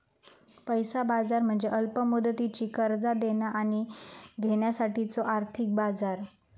पैसा बाजार म्हणजे अल्प मुदतीची कर्जा देणा आणि घेण्यासाठीचो आर्थिक बाजार